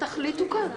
--- תחליטו כאן.